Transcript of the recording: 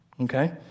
Okay